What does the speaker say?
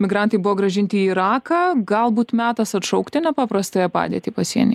migrantai buvo grąžinti į iraką galbūt metas atšaukti nepaprastąją padėtį pasieny